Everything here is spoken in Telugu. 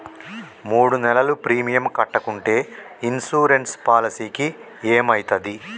మూడు నెలలు ప్రీమియం కట్టకుంటే ఇన్సూరెన్స్ పాలసీకి ఏమైతది?